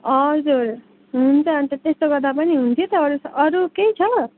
हजुर हुन्छ अन्त त्यस्तो गर्दा पनि हुन्थ्यो त अरू अरू केही छ